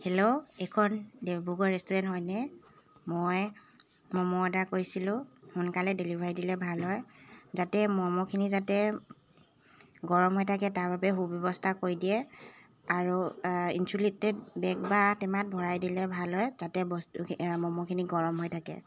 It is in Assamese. হেল্ল' এইখন ডিব্ৰুগড় ৰেষ্টুৰেন্ট হয়নে মই ম'মো অৰ্ডাৰ কৰিছিলোঁ সোনকালে ডেলিভাৰী দিলে ভাল হয় যাতে মমোখিনি যাতে গৰম হৈ থাকে তাৰ বাবে সুব্যৱস্থা কৰি দিয়ে আৰু ইনছুলেটেড বেগ বা টেমাত ভৰাই দিলে ভাল হয় যাতে বস্তু মমোখিনি গৰম হৈ থাকে